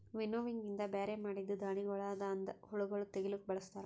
winnowing ಇಂದ ಬ್ಯಾರೆ ಮಾಡಿದ್ದೂ ಧಾಣಿಗೊಳದಾಂದ ಹುಳಗೊಳ್ ತೆಗಿಲುಕ್ ಬಳಸ್ತಾರ್